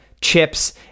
chips